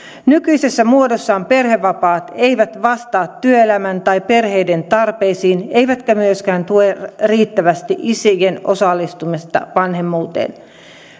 nykyisessä muodossaan perhevapaat eivät vastaa työelämän ja perheiden tarpeisiin eivätkä myöskään tue riittävästi isien osallistumista vanhemmuuteen